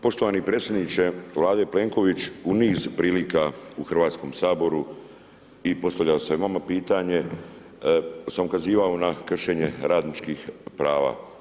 Poštovani predsjedniče Vlade Plenković u niz prilika u Hrvatskom saboru i postavlja se vama pitanje sam ukazivao na kršenje radničkih prava.